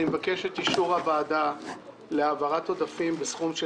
אני מבקש את אישור הוועדה להעברת עודפים בסכום של